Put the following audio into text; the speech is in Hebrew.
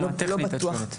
ברמה הטכנית את שואלת?